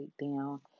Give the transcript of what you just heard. down